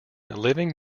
living